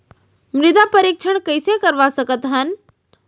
मृदा परीक्षण कइसे करवा सकत हन?